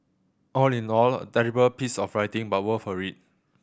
all in all a terrible piece of writing but worth a read